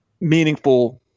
meaningful